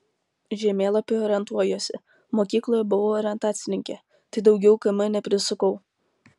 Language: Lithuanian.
žemėlapyje orientuojuosi mokykloje buvau orientacininkė tai daugiau km neprisukau